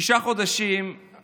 כל אחד והמתנה שלו.